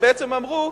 הם בעצם אמרו,